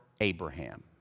Abraham